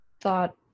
thought